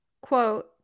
Quote